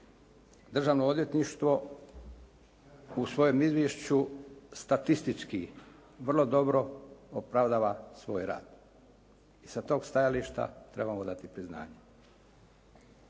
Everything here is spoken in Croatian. Državno odvjetništvo u svojem izvješću statistički vrlo dobro opravdava svoj rad i sa tog stajališta trebamo dati priznanje.